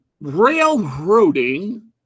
railroading